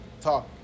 talk